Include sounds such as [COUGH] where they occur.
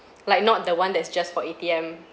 l [BREATH] ike not the one that's just for A_T_M